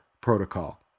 protocol